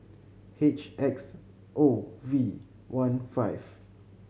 H X O V one five